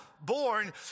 born